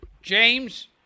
James